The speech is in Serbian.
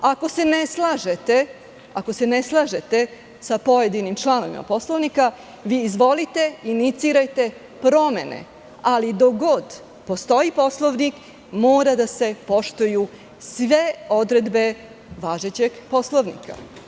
Ako se ne slažete sa pojedinim članovima Poslovnika, vi izvolite inicirajte promene, ali dok god postoji Poslovnik, moraju da se poštuju sve odredbe važećeg Poslovnika.